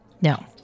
No